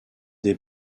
des